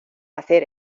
hacer